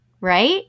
Right